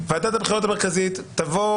תכף נסביר גם את עניין